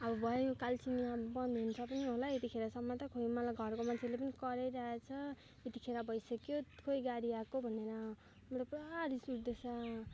अब भयो कालचिनी अब बन्द हुन्छ पनि होला यतिखेरसम्म त खोइ मलाई घरको मान्छेले नि कराइरहेछ यतिखेर भइसक्यो खोइ गाडी आएको भनेर मलाई त पुरा रिस उठ्दैछ